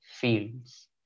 fields